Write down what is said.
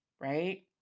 right